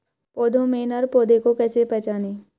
पौधों में नर पौधे को कैसे पहचानें?